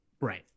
Right